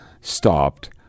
stopped